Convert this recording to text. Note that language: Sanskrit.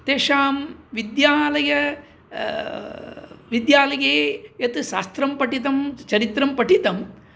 तेषां विद्यालय विद्यालये यत् शास्त्रं पठितं चरित्रं पठितम्